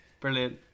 brilliant